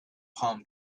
palm